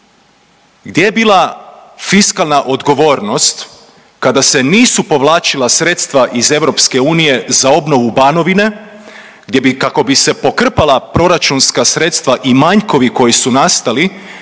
Gdje je bila fiskalna odgovornost kada se nisu povlačila sredstva iz EU za obnovu Banovine gdje bi kako bi se pokrpala proračunska sredstva i manjkovi koji su nastali